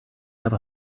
have